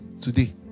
today